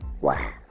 Wow